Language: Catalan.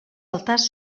altars